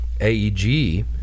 aeg